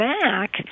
back